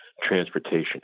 transportation